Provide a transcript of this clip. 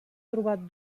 trobat